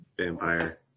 vampire